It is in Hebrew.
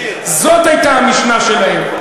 זאת הייתה המשנה שלהם,